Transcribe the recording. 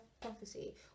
prophecy